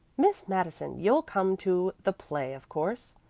miss madison, you'll come to the play of course.